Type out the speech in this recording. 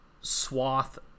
swath